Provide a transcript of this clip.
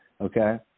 Okay